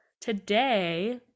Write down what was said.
today